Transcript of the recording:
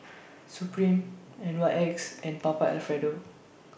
Supreme N Y X and Papa Alfredo